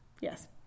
yes